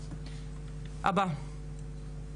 קבע כי